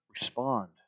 respond